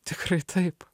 tikrai taip